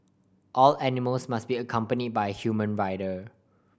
all animals must be accompany by human rider